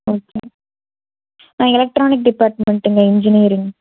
okay நான் electronic டிப்பார்ட்மெண்ட்டுங்க engineering